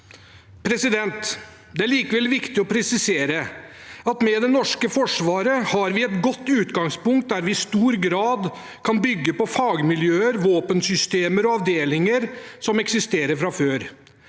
ned. Det er likevel viktig å presisere at med det norske forsvaret har vi et godt utgangspunkt, der vi i stor grad kan bygge på fagmiljøer, våpensystemer og avdelinger som eksisterer fra før.